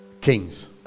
kings